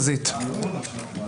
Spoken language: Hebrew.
נעבור לפרקליטות.